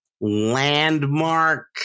landmark